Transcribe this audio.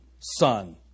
Son